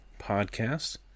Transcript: podcast